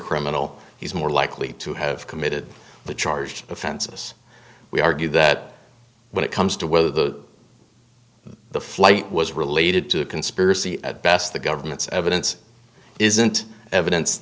criminal he's more likely to have committed the charged defenses we argue that when it comes to whether the the flight was related to a conspiracy at best the government's evidence isn't evidence